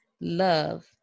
love